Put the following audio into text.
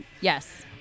Yes